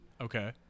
Okay